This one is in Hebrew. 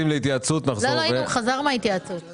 אני